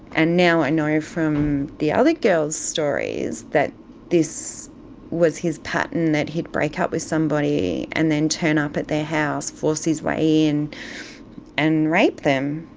and now i know you're from the other girls stories that this was his pattern, that he'd break up with somebody and then turn up at their house, forced his way in and rape them.